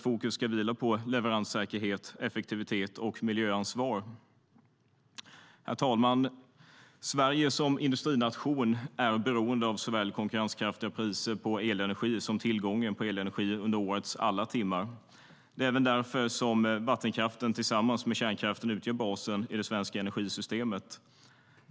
Fokus ska vila på leveranssäkerhet, effektivitet och miljöansvar. Herr talman! Sverige som industrination är beroende av såväl konkurrenskraftiga priser på elenergi som tillgången på elenergi under årets alla timmar. Det är därför som vattenkraften tillsammans med kärnkraften utgör basen i det svenska energisystemet.